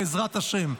בעזרת השם,